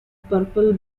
purple